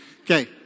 Okay